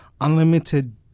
unlimited